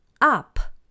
up